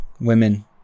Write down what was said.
women